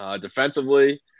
Defensively